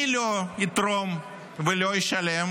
מי לא יתרום ולא ישלם?